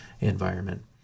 environment